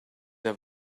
der